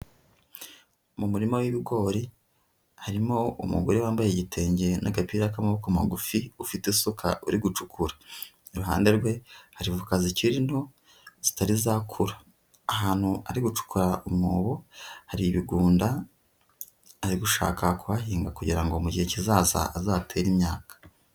Mu murima w'ibigori, harimo umugore wambaye igitenge n'agapira k'amaboko magufi ufite isuka uri gucukura, iruhande rwe hari voka zikiri nto zitari zakura, ahantu ari gucukura umwobo hari ibigunda ari gushaka kuhahinga kugira ngo mu gihe kizaza azahatere imyaka.